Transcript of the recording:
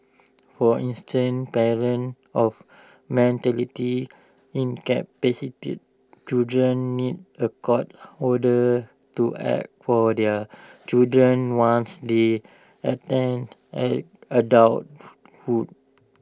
for instance parents of mentally incapacitated children need A court order to act for their children once they attain at adulthood